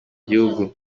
gihugu